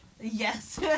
Yes